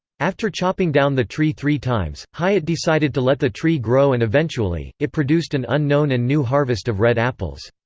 after chopping down the tree three times, hiatt decided to let the tree grow and eventually, it produced an unknown and new harvest of red apples.